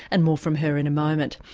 and more from her in a moment.